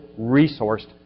resourced